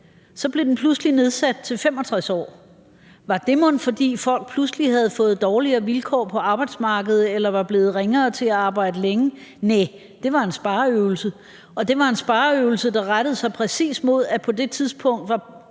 Så blev den pludselig nedsat til 65 år. Var det mon, fordi folk pludselig havde fået dårligere vilkår på arbejdsmarkedet eller var blevet ringere til at arbejde længe? Næh, det var en spareøvelse, og det var en spareøvelse, der rettede sig præcis mod, at pension på det tidspunkt var